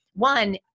One